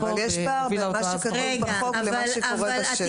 אבל יש פער בין מה שכתוב בחוק לבין מה שקורה בשטח.